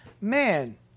Man